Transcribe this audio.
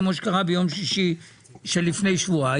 כמו שקרתה ביום שישי לפני שבועיים,